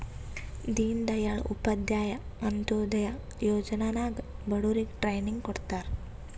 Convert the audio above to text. ದೀನ್ ದಯಾಳ್ ಉಪಾಧ್ಯಾಯ ಅಂತ್ಯೋದಯ ಯೋಜನಾ ನಾಗ್ ಬಡುರಿಗ್ ಟ್ರೈನಿಂಗ್ ಕೊಡ್ತಾರ್